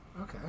Okay